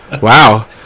Wow